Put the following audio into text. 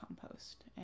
compost